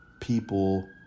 people